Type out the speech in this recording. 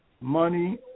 money